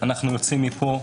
אנחנו יוצאים מפה,